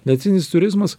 medicininis turizmas